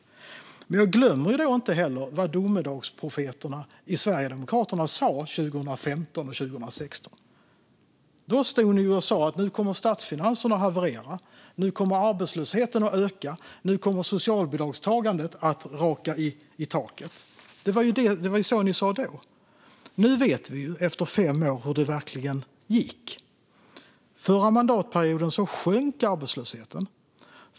Men jag glömmer inte heller vad domedagsprofeterna i Sverigedemokraterna sa 2015 och 2016. Då stod ni och sa: Nu kommer statsfinanserna att haverera. Nu kommer arbetslösheten att öka. Nu kommer socialbidragstagandet att raka i taket. Det var så ni sa då. Nu, efter fem år, vet vi hur det verkligen gick. Förra mandatperioden sjönk arbetslösheten.